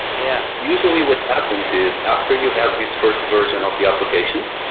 yeah usually what happens is after you have this first version of the application,